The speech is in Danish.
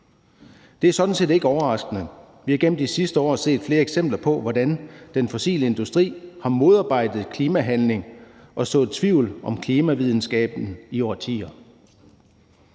Det er sådan set ikke overraskende. Vi har gennem de sidste år set flere eksempler på, hvordan den fossile industri har modarbejdet klimahandling og sået tvivl om klimavidenskaben i årtier.